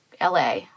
la